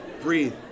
breathe